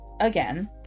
again